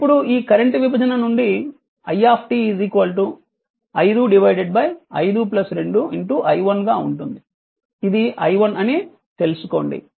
ఇప్పుడు ఈ కరెంట్ విభజన నుండి i 5 5 2 i1 గా ఉంటుంది ఇది i1 అని తెలుసుకోండి